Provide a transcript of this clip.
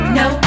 no